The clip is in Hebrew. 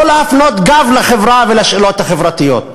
לא להפנות גב לחברה ולשאלות החברתיות.